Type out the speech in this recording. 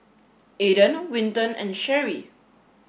Aaden Winton and Cheri